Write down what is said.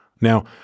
Now-